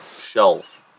shelf